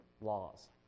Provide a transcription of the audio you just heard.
laws